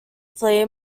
flea